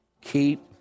Keep